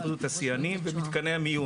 מתקני המיון.